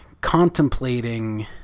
contemplating